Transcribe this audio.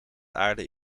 aarde